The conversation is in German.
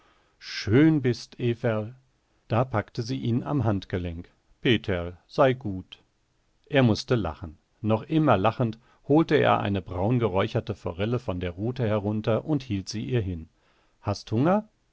schön bist everl da packte sie ihn am handgelenk peterl sei gut er mußte lachen noch immer lachend holte er eine braungeräucherte forelle von der rute herunter und hielt sie ihr hin hast hunger